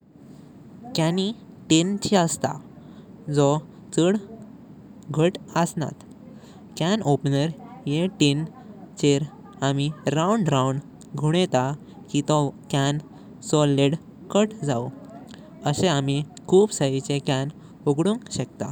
काणी तीन ची असता, जो चाड घाट असनात। कॅन ओपनर येह टिन कॅन चेर आमी राउंड राउंड गुणेता की वोह कॅन चो लिड कट जाऊ। आशेष आमी खूप सिजिचे कॅन उगडुंग शेकता।